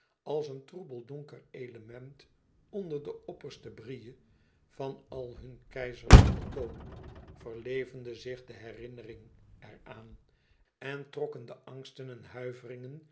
als een troebel donker element onder de opperste brille van al hun keizerlijk vertoon verlevendigde zich de herinnering er aan en trokken de angsten en